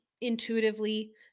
intuitively